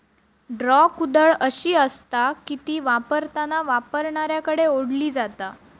draw कुदळ अशी आसता की ती वापरताना वापरणाऱ्याकडे ओढली जाता